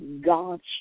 God's